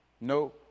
No